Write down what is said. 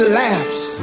laughs